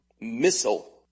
missile